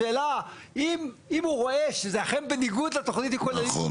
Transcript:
השאלה אם הוא רואה שזה אכן בניגוד לתוכנית הכוללנית,